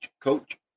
coach